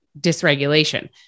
dysregulation